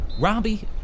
Robbie